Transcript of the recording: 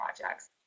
projects